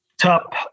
Top